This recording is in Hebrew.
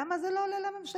למה זה לא עולה לממשלה?